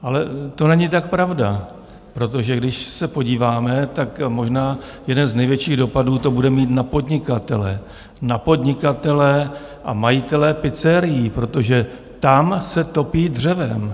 Ale to není tak pravda, protože když se podíváme, tak možná jeden z největších dopadů to bude mít na podnikatele, na podnikatele a majitele pizzerií, protože tam se topí dřevem.